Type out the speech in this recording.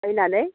बायनानै